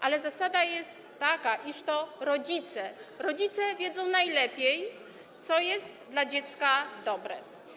Ale zasada jest taka, iż to rodzice wiedzą najlepiej, co jest dla dziecka dobre.